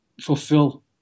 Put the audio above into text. fulfill